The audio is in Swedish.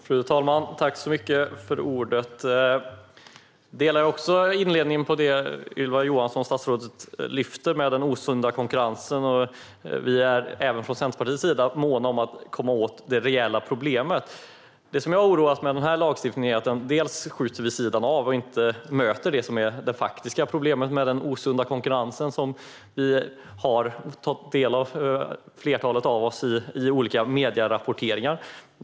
Fru talman! Jag instämmer i det statsrådet tar upp om den osunda konkurrensen. Även vi i Centerpartiet är måna om att komma åt det reella problemet. Det som jag oroas av i den här lagstiftningen är att den skjuter vid sidan om och inte möter det som är det faktiska problemet med den osunda konkurrensen, som flertalet av oss har fått ta del av i olika mediers rapportering.